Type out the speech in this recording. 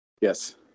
Yes